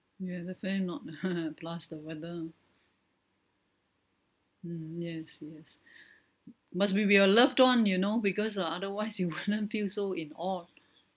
ya definitely not plus the weather mm yes yes must be with your loved one you know because uh otherwise you would not feel so in awe